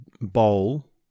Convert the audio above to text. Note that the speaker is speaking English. bowl